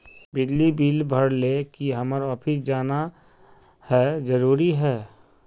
बिजली बिल भरे ले की हम्मर ऑफिस जाना है जरूरी है?